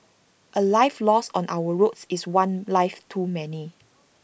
A life lost on our roads is one life too many